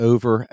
Over